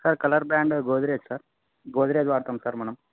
sir colour brand Godrej sir Godrej వాడతాం sir మనం